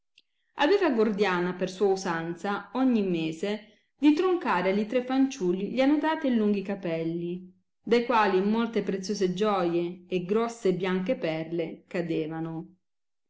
aveva gordiana per sua usanza ogni mese di troncare agli tre fanciulli gli annodati e lunghi capelli dai quali molte preziose gioie e grosse e bianche perle cadevano